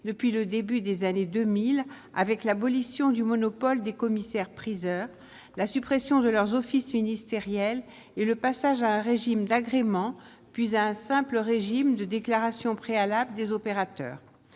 depuis le début des années 2000 avec l'abolition du monopole des commissaires-priseurs, la suppression de leurs offices ministériel et le passage à un régime d'agrément, puis un simple régime de déclaration préalable des opérateurs